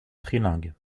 trilingue